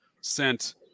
sent